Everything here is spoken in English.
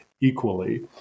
equally